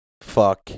fuck